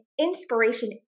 inspiration